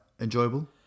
enjoyable